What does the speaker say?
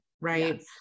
right